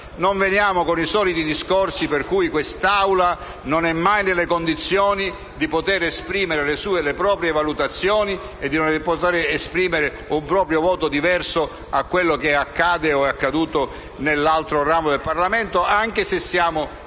Non facciamo i soliti discorsi per i quali quest'Assemblea non è mai nelle condizioni di poter esprimere le proprie valutazioni e di poter esprimere un proprio voto diverso rispetto a ciò che accade o è accaduto nell'altro ramo del Parlamento, anche se siamo